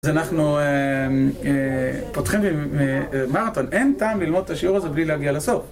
אז אנחנו פותחים מרתון. אין טעם ללמוד את השיעור הזה בלי להגיע לסוף.